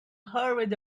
hurried